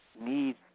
need